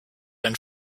been